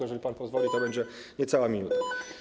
Jeżeli pan pozwoli, to będzie niecała minuta.